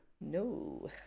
No